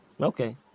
Okay